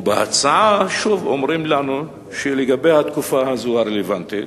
ובהצעה שוב אומרים לנו שלגבי התקופה הרלוונטית